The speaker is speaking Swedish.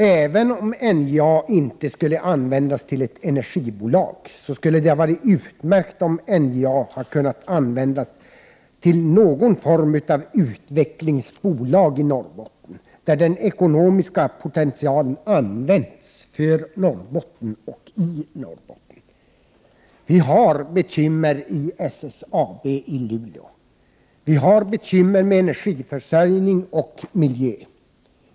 Även om NJA inte skulle användas som energibolag, skulle det ha varit utmärkt om NJA kunde användas som någon form av utvecklingsbolag i Norrbotten, vars ekonomiska potential används för och i Norrbotten. Vi har bekymmer i SSAB i Luleå; vi har bekymmer med energiförsörjningen och miljön.